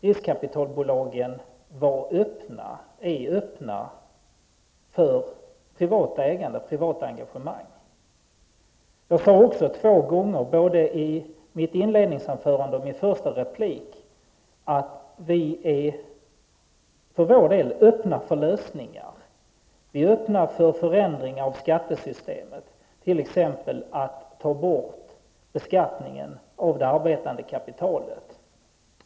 Riskkapitalbolagen är öppna för privat ägande och privat engagemang. Jag sade två gånger tidigare, både i mitt inledningsanförande och i min första replik, att vi är för vår del öppna för lösningar. Vi är öppna för förändringar av skattesystemet, t.ex. att ta bort beskattningen av det arbetande kapitalet.